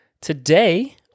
Today